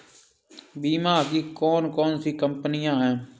बीमा की कौन कौन सी कंपनियाँ हैं?